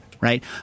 right